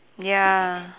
ya